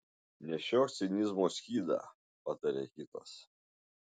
nešiok cinizmo skydą pataria kitas